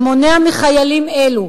שמונע מחיילים אלו,